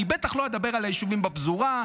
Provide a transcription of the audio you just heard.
אני בטח לא אדבר על היישובים בפזורה,